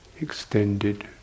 extended